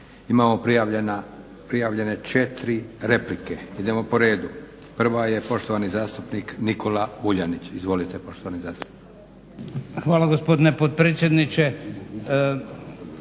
imamo prijavljene 4 replike. Idemo po redu. Prva je poštovani zastupnik Nikola Vuljanić. Izvolite poštovani zastupniče. **Vuljanić, Nikola